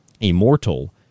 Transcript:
immortal